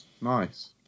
nice